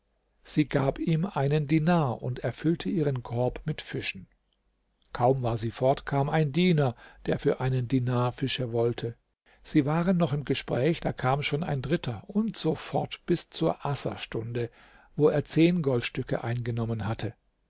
sie gab ihm einen dinar und er füllte ihren korb mit fischen kaum war sie fort kam ein diener der für einen dinar fische wollte sie waren noch im gespräch da kam schon ein dritter und so fort bis zur asserstunde wo er zehn goldstücke eingenommen hatte